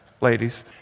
ladies